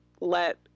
let